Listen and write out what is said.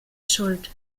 schuld